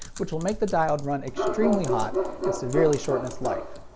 which will make the diode run extremely hot and severely shorten its life.